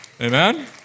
Amen